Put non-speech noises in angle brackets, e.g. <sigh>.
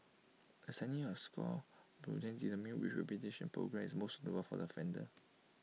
assigning A score will then determine which <unintelligible> programme is most suitable for the offender